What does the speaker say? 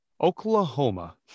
Oklahoma